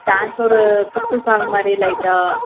dance ஒரு குத்து song மாதிரி லைட்டாக